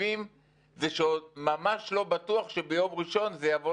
התקציבים ושעוד ממש לא בטוח שביום ראשון זה יבוא